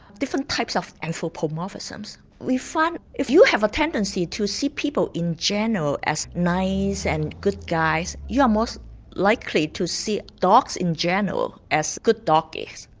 different types of anthropomorphisms. we found if you have a tendency to see people in general as nice and good guys, you are most likely to see dogs in general as good doggies.